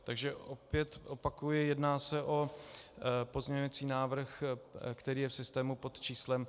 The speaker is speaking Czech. Takže opět opakuji, jedná se o pozměňující návrh, který je v systému pod číslem 5353.